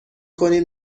کنید